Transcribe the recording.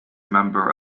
member